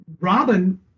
robin